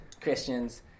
Christians